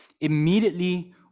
immediately